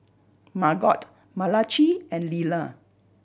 Margot Malachi and Liller